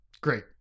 great